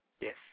Yes